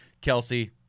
Kelsey